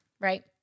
right